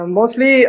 Mostly